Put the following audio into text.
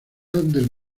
del